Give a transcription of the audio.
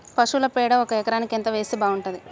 పశువుల పేడ ఒక ఎకరానికి ఎంత వేస్తే బాగుంటది?